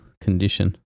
condition